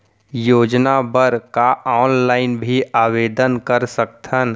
योजना बर का ऑनलाइन भी आवेदन कर सकथन?